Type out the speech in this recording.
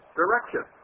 direction